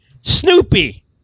Snoopy